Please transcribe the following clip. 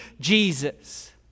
Jesus